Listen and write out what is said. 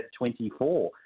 24